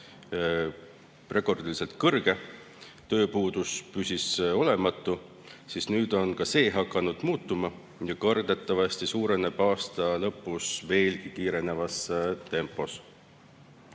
rekordiliselt kõrge, tööpuudus püsis olematu, siis nüüd on ka see hakanud muutuma ja kardetavasti suureneb aasta lõpus veelgi kiirenevas tempos.